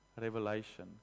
revelation